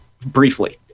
briefly